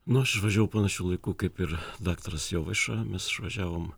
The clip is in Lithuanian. nu aš važiavau panašiu laiku kaip ir daktaras jovaiša mes išvažiavom